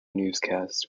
newscasts